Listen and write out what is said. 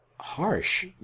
Harsh